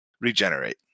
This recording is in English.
regenerate